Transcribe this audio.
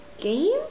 game